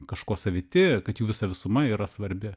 kažkuo saviti kad jų visa visuma yra svarbi